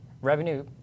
Revenue